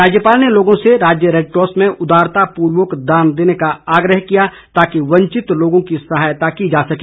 राज्यपाल ने लोगों से राज्य रेडक्रॉस में उदारतापूर्वक दान देने का आग्रह किया ताकि वंचित लोगों की सहायता की जा सके